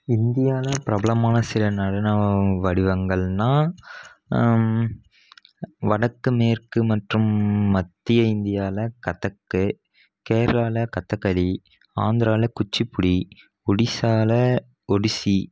இந்தியாவில் பிரபலமான சில நடன வடிவங்கள்னா வடக்கு மேற்கு மற்றும் மத்திய இந்தியாவில் கதக் கேரளாவில் கதகளி ஆந்திரால குச்சிப்புடி ஒடிஸாவில் ஒடிசி